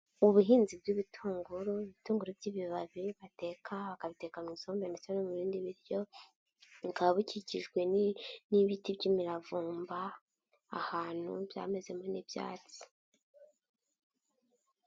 Ubuhinzi bw'ibitunguru, ibitunguru by'ibibabi bateka bakabiteka mu isumbe ndetse no mu bindi biryo, bukaba bukikijwe n'ibiti by'imiravumba, ahantu byamezemo n'ibyatsi.